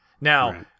Now